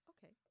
Okay